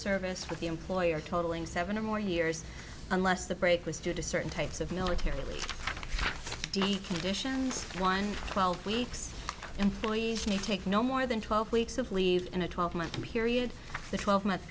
service for the employer totalling seven or more years unless the break was due to certain types of military conditions one twelve weeks employees may take no more than twelve weeks of leave in a twelve month period the twelve month